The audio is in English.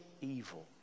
evil